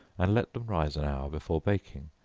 and let them rise an hour before baking.